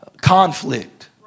conflict